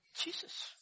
Jesus